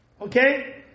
Okay